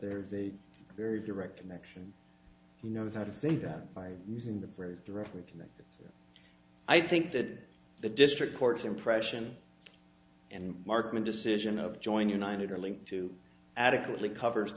there is a very direct connection he knows how to think that by using the phrase directly connected i think that the district court's impression and markman decision of joint united or link to adequately covers